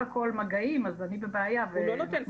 מול המחויבות שלנו לבחון את החלופות האזרחיות שפותחו או לא פותחו,